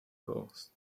calls